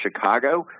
Chicago